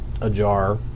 ajar